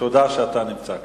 תודה שאתה נמצא כאן.